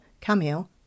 Camille